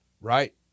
right